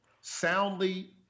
soundly